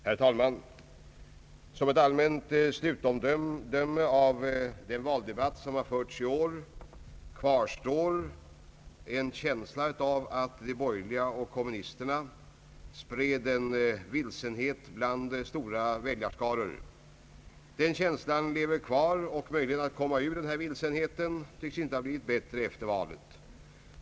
Herr talman! Som ett allmänt slutomdöme om den valdebatt som har förts i år kvarstår en känsla av att de borgerliga och kommunisterna spred vilsenhet bland stora väljarskaror. Den känslan lever kvar, och möjligheterna att komma ur denna vilsenhet tycks inte ha blivit bättre efter valet.